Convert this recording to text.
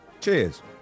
Cheers